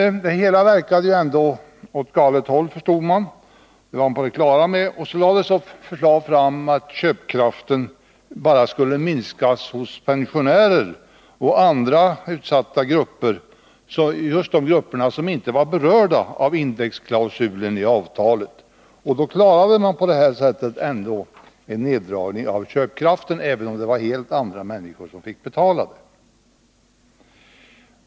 Att det hela ändå verkade åt galet håll var man tydligen på det klara med, varför förslag lades fram om att köpkraften bara skulle minskas hos pensionärer och andra utsatta grupper som inte var berörda av indexklausulen i avtalen. På detta sätt klarade man ändå en neddragning av köpkraften, även om det var helt andra människor som drabbades.